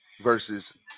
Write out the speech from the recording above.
versus